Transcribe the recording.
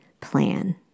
plan